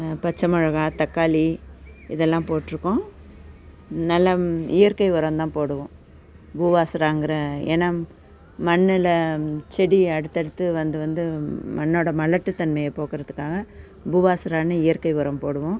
பச்சை மிளகா தக்காளி இதெல்லாம் போட்டுருக்கோம் நல்ல இயற்கை உரம் தான் போடுவோம் பூவாஸ்ராங்கிற ஏன்னா மண்ணில் செடி அடுத்து அடுத்து வந்து வந்து மண்ணோட மலட்டுத்தன்மையை போக்குறதுக்காக பூவாஸ்ரான்னு இயற்கை உரம் போடுவோம்